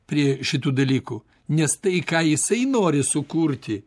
prie šitų dalykų nes tai ką jisai nori sukurti